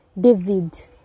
David